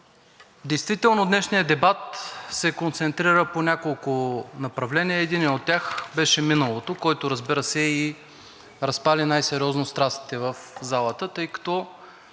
Действително днешният дебат се концентрира по няколко направления. Единият от тях беше миналото, което, разбира се, и разпали най-сериозно страстите в залата, тъй като